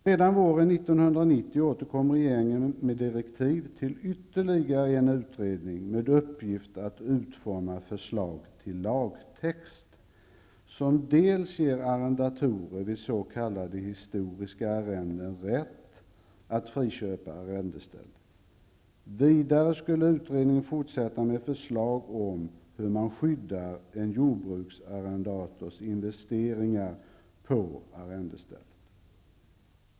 Redan våren 1990 återkom regeringen med direktiv till ytterligare en utredning med uppgift att utforma förslag till lagtext, som skulle ge arrendatorer vid s.k. historiska arrenden rätt att friköpa arrendestället. Vidare skulle utredningen komma med förslag om hur man skyddar en jordbruksarrendators investeringar på arrendestället.